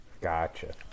Gotcha